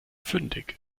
fündig